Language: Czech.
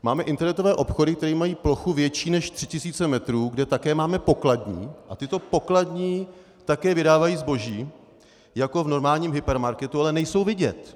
Máme internetové obchody, které mají plochu větší než 3000 metrů, kde také máme pokladní, a tyto pokladní také vydávají zboží jako v normálním hypermarketu, ale nejsou vidět.